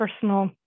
personal